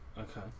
Okay